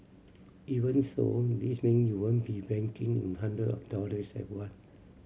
even so this mean you won't be banking in hundred of dollars at once